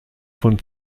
von